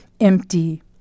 empty